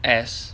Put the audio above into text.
as